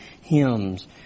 hymns